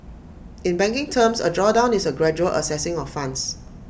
in banking terms A drawdown is A gradual accessing of funds